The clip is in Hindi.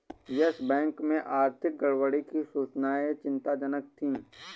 यस बैंक में आर्थिक गड़बड़ी की सूचनाएं चिंताजनक थी